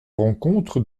rencontre